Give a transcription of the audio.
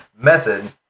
method